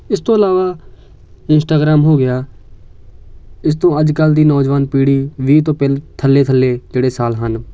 ਇਸ ਤੋਂ ਇਲਾਵਾ ਇੰਸਟਾਗ੍ਰਾਮ ਹੋ ਗਿਆ ਇਸ ਤੋਂ ਅੱਜ ਕੱਲ੍ਹ ਦੀ ਨੌਜਵਾਨ ਪੀੜੀ ਵੀਹ ਤੋਂ ਪਹਿਲ ਥੱਲੇ ਥੱਲੇ ਜਿਹੜੇ ਸਾਲ ਹਨ